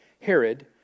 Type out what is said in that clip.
Herod